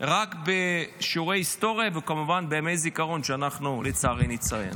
רק בשיעורי ההיסטוריה וכמובן בימי הזיכרון שאנחנו לצערי נציין.